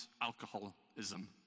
alcoholism